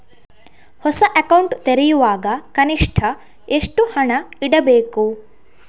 ಹೊಸ ಅಕೌಂಟ್ ತೆರೆಯುವಾಗ ಕನಿಷ್ಠ ಎಷ್ಟು ಹಣ ಇಡಬೇಕು?